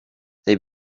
they